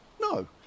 No